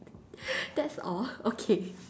that's all okay